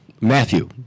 Matthew